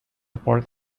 port